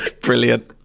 Brilliant